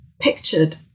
pictured